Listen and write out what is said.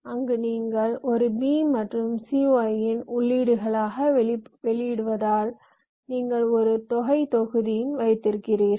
அங்கு நீங்கள் a b மற்றும் cy in உள்ளீடு களாக கொண்டு கூட்டினால் ஒரு தொகை சம் மாடியுள் ஆகவும் மற்றொன்று கேரி மாடியுள் ஆகவும் கிடைக்கிறது